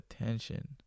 attention